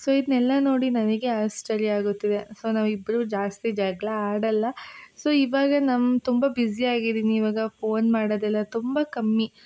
so ಇದನ್ನೆಲ್ಲ ನೋಡಿ ನನಗೆ ಆಶ್ಚರ್ಯ ಆಗುತ್ತಿದೆ ಸೊ ನಾವಿಬ್ರೂ ಜಾಸ್ತಿ ಜಗಳ ಆಡಲ್ಲ ಸೊ ಇವಾಗ ನಮ್ಮ ತುಂಬ ಬಿಝಿ ಆಗಿದ್ದೀನಿ ಇವಾಗ ಪೋನ್ ಮಾಡೋದೆಲ್ಲ ತುಂಬ ಕಮ್ಮಿ